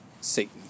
Satan